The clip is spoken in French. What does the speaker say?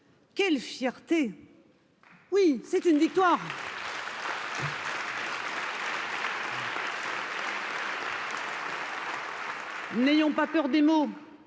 Quelle fierté, oui, c'est une victoire. n'ayons pas peur des mots